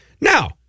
Now